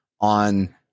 on